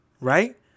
right